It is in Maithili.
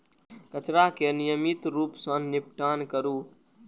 कचरा के नियमित रूप सं निपटान करू